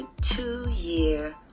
two-year